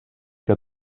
que